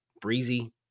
breezy